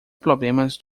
problemas